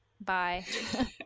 bye